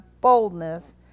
boldness